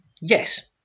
yes